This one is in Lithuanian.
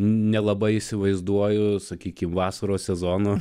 nelabai įsivaizduoju sakykime vasaros sezono